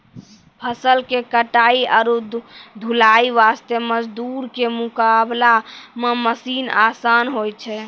फसल के कटाई आरो ढुलाई वास्त मजदूर के मुकाबला मॅ मशीन आसान होय छै